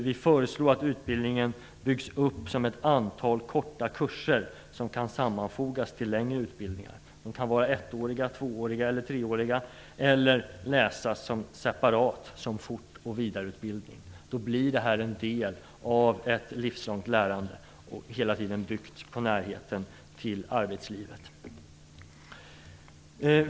Vi föreslår att utbildningen byggs upp som ett antal korta kurser som kan sammanfogas till längre utbildningar. De kan vara ettåriga, tvååriga eller treåriga, eller läsas separat som fort och vidareutbildning. Då blir det en del av ett livslångt lärande, hela tiden byggt på närheten till arbetslivet.